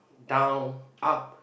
down up